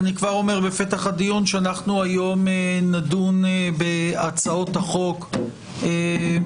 אני כבר אומר בפתח הדיון שאנחנו היום נדון בהצעות החוק כמקשה